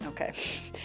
Okay